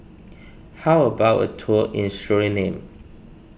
how about a tour in Suriname